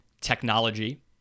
technology